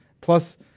Plus